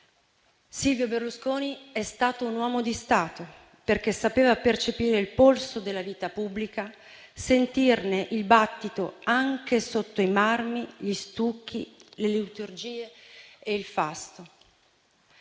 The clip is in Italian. Silvio Berlusconi è stato un uomo di Stato, perché sapeva percepire il polso della vita pubblica, sentirne il battito anche sotto i marmi, gli stucchi, le liturgie e il fasto.